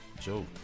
Joe